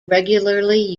regularly